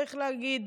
צריך להגיד,